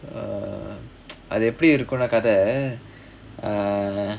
err அது எப்டி இருக்குனா கத:athu epdi irukkunaa katha err